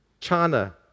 China